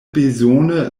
bezone